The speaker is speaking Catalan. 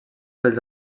pels